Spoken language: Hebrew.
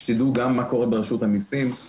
שתדעו גם מה קורה ברשות המיסים.